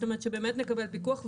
זאת אומרת שבאמת נקבל פיקוח.